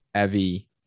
Evie